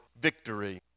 victory